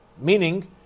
meaning